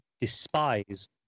despise